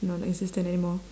non existent anymore